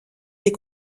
des